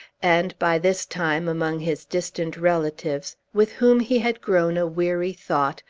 and, by this time, among his distant relatives with whom he had grown a weary thought,